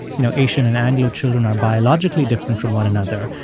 you know, asian and anglo children are biologically different from one another.